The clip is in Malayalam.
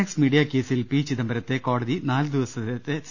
എക്സ് മീഡിയ കേസിൽ പി ചിദ്രംബരത്തെ കോടതി നാലുദി വസത്തെ സി